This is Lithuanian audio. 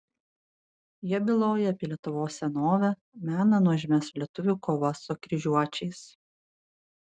jie byloja apie lietuvos senovę mena nuožmias lietuvių kovas su kryžiuočiais